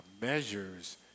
measures